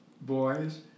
boys